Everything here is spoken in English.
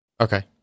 Okay